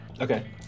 Okay